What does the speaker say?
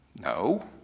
No